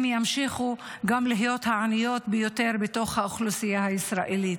להיות העניות ביותר בתוך האוכלוסייה הישראלית.